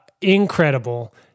incredible